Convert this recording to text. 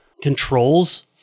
controls